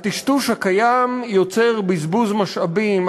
הטשטוש הקיים יוצר בזבוז משאבים,